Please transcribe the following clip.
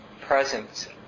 Presence